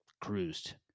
cruised